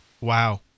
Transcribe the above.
Wow